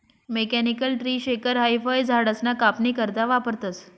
mechanical tree shaker हाई फयझाडसना कापनी करता वापरतंस